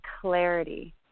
clarity